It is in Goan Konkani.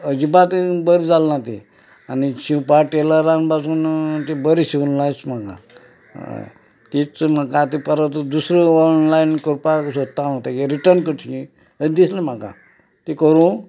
अजिबात बरें जाल्ल ना तें आनी शिवपाक टेलरान पासून तें बरं शिवलना अश म्हणला तीच म्हाका आता परत दुसरो ऑनलायन करपाक सोदतां हांव तेगें रिर्टन करचें अशें दिसलें म्हाका तें करुं